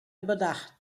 überdacht